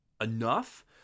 enough